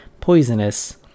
poisonous